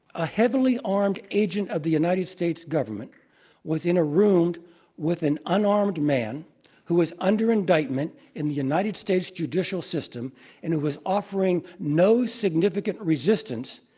a heavily armed agent of the united states government was in a room with an unarmed man who was under indictment in the united states judicial system and was offering no significant resistance